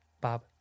Bob